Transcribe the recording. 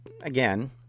again